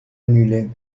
annulés